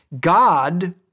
God